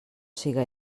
siga